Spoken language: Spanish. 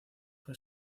fue